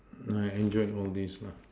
I enjoy all these lah